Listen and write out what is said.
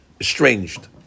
estranged